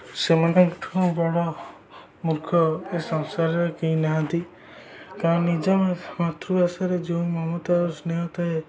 ସେମାନଙ୍କଠୁ ବଡ଼ ମୂର୍ଖ ଏ ସଂସାରରେ କେହି ନାହାନ୍ତି କାରଣ ନିଜ ମାତୃଭାଷାରେ ଯେଉଁ ମମତା ଆଉ ସ୍ନେହ ଥାଏ